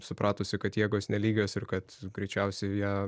supratusi kad jėgos nelygios ir kad greičiausiai ją